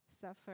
suffer